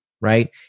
right